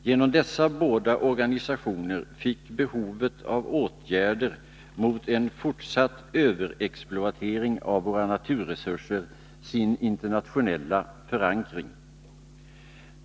Genom dessa båda organisationer fick behovet av åtgärder mot en fortsatt överexploatering av våra naturresurser sin internationella förankring.